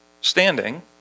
standing